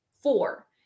Four